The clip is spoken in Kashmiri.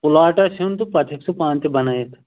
پُلاٹ آسہِ ہیوٚن تہٕ پَتہٕ ہیٚکہِ سُہ پانہٕ تہِ بنٲیِتھ